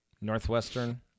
Northwestern